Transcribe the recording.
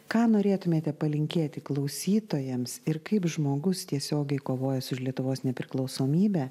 ką norėtumėte palinkėti klausytojams ir kaip žmogus tiesiogiai kovojęs už lietuvos nepriklausomybę